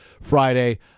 Friday